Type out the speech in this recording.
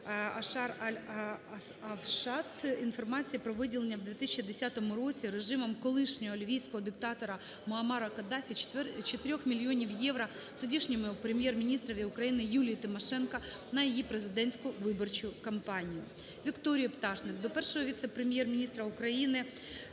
Al Awsat" інформації про виділення у 2010 році режимом колишнього лівійського диктатора Муаммара Каддафі 4 мільйонів євро тодішньому Прем'єр-міністрові України Юлії Тимошенко на її президентську виборчу кампанію. Вікторії Пташник до Першого віце-прем'єр-міністра України